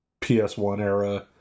PS1-era